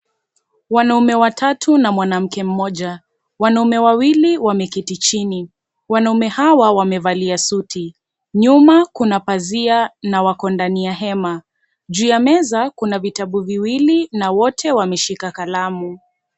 Wanaume watatu na mwanamke mmoja, wanaume wawili wameketi chini, wanaume hawa wamevalia suti. Nyuma kuna pazia na wako ndani ya hema. Juu ya meza kuna vitabu viwili na wote wameshika kalamu.